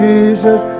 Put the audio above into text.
Jesus